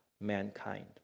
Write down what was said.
mankind